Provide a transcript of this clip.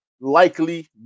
likely